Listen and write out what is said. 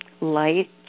light